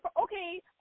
okay